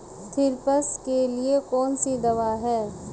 Thrips के लिए कौन सी दवा है?